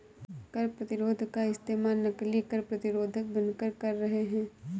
कर प्रतिरोध का इस्तेमाल नकली कर प्रतिरोधक बनकर कर रहे हैं